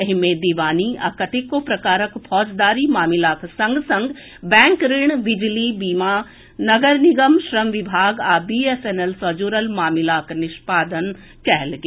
एहि मे दीवानी आ कतेको प्रकारक फौजदारी मामिलाक संग संग बैंक ऋण बिजली बीमा नगर निगम श्रम विभाग आ बीएसएनएल सँ जुड़ल मामिलाक निष्पादन कयल गेल